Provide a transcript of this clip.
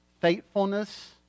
faithfulness